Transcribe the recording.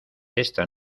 esta